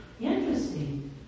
interesting